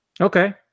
okay